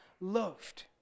loved